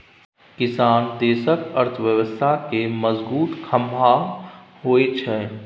किसान देशक अर्थव्यवस्था केर मजगुत खाम्ह होइ छै